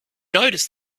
noticed